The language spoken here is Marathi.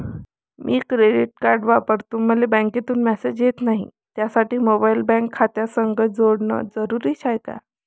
मी डेबिट कार्ड वापरतो मले बँकेतून मॅसेज येत नाही, त्यासाठी मोबाईल बँक खात्यासंग जोडनं जरुरी हाय का?